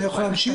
אני יכול להמשיך?